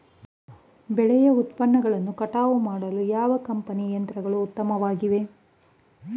ಬೆಳೆ ಉತ್ಪನ್ನಗಳನ್ನು ಕಟಾವು ಮಾಡಲು ಯಾವ ಕಂಪನಿಯ ಯಂತ್ರಗಳು ಉತ್ತಮವಾಗಿವೆ?